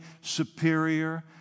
superior